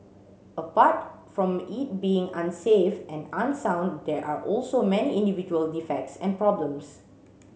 apart from it being unsafe and unsound there are also many individual defects and problems